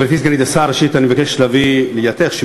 גברתי סגנית השר, ראשית, אני מבקש להביא לידיעתך